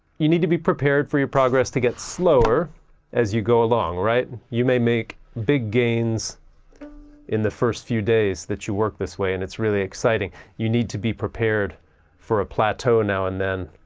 you need to be prepared for your progress to get slower as you go along, right? you may make big gains in the first few days that you work this way and it's really exciting. but you need to be prepared for a plateau now and then.